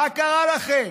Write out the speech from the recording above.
מה קרה לכם?